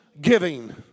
giving